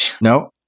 No